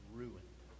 ruined